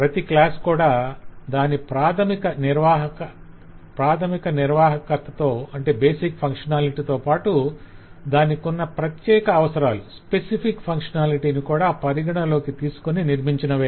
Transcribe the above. ప్రతి క్లాస్ కూడా దాని ప్రాధమిక నిర్వాహకతతో పాటు దానికున్న ప్రత్యేక అవసరాలను కూడా పరిగణలోకి తీసుకొని నిర్మించినవే